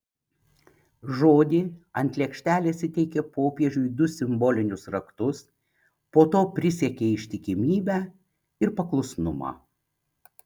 žodį ant lėkštelės įteikė popiežiui du simbolinius raktus po to prisiekė ištikimybę ir paklusnumą